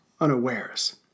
unawares